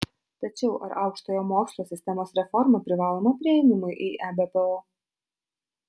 tačiau ar aukštojo mokslo sistemos reforma privaloma priėmimui į ebpo